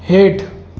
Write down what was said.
हेठि